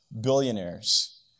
billionaires